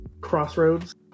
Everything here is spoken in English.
Crossroads